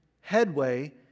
headway